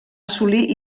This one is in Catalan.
assolir